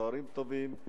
סוהרים טובים,